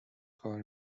کار